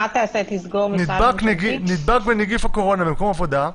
נדבק בנגיף הקורונה במקום העבודה,